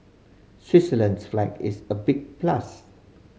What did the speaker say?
Switzerland's flag is a big plus